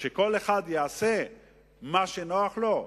שכל אחד יעשה מה שנוח לו?